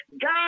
God